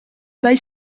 bai